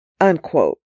Unquote